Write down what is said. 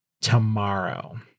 Tomorrow